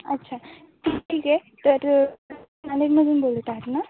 अच्छा ठीक आहे तर नांदेडमधून बोलत आहात ना